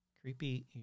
Creepy